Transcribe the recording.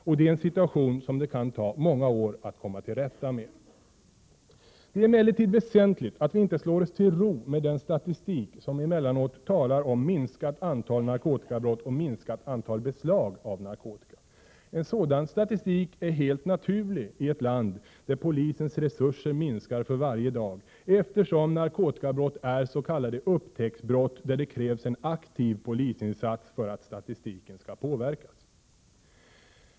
Och det är en situation som det kan ta många år att komma till rätta med. Det är emellertid väsentligt att vi inte slår oss till ro med den statistik som emellanåt talar om minskat antal narkotikabrott och minskat antal beslag av narkotika. En sådan statistik är helt naturlig i ett land där polisens resurser minskar för varje dag, eftersom narkotikabrott är s.k. upptäcksbrott där det krävs en aktiv polisinsats för att statistiken skall påverkas.